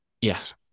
Yes